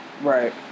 Right